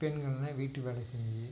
பெண்கள்லாம் வீட்டு வேலையை செஞ்சு